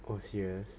oh serious